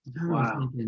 Wow